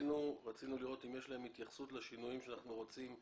רצינו לראות אם יש להם התייחסות לשינויים שאנחנו רוצים להוסיף,